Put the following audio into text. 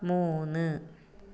മൂന്ന്